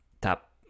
top